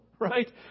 Right